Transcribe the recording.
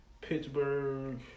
Pittsburgh